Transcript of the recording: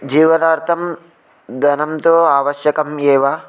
जीवनार्थं धनम् तु आवश्यकम् एव